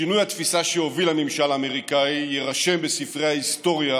שינוי התפיסה שהוביל הממשל האמריקאי יירשם בספרי ההיסטוריה